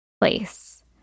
place